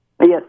Yes